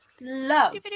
love